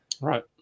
Right